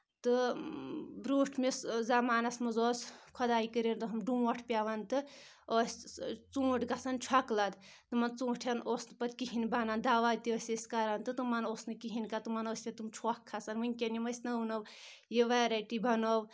تہٕ برونٛٹھمِس زَمانَس منٛز اوس خۄدایہِ کٔرِنۍ رَحم ڈونٛٹھ پیٚوان تہٕ ٲس ژوٗنٛٹھۍ گژھان چھۄکہٕ لَد تِمَن ژوٗنٛٹھؠن اوس نہٕ پَتہٕ کِہیٖنۍ بَنان دوہ تہِ ٲسۍ أسۍ کَران تہٕ تِمَن اوس نہٕ کِہیٖنۍ کَتھ تِمَن ٲسۍ پَتہٕ تِم چھۄکھ کھَسان وٕنکؠن یِم ٲسۍ نٔو نٔو یہِ ویرایٹی بَنٲو